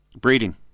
Breeding